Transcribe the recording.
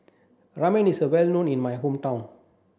Ramen is well known in my hometown